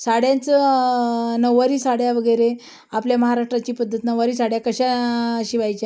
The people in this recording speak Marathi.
साड्यांचं नऊवारी साड्यावगैरे आपल्या महाराष्ट्राची पद्धत नऊवारी साड्या कशा शिवायच्या